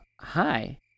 hi